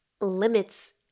limits